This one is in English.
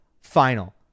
final